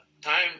time